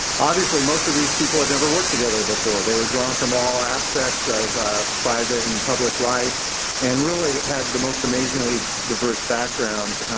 obviously, most of these people had never worked together before. they were drawn from all aspects of private and public life and really had the most amazingly diverse backgrounds,